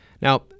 Now